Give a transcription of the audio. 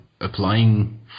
applying